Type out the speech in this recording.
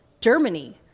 Germany